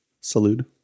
Salute